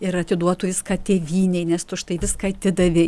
ir atiduotų viską tėvynei nes tu už tai viską atidavė